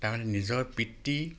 তাৰ মানে নিজৰ পিতৃ